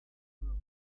unos